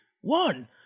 One